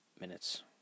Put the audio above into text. minutes